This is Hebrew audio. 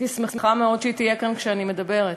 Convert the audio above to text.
אשמח מאוד אם היא תהיה כאן כשאני מדברת.